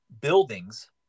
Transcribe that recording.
buildings